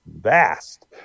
vast